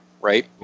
right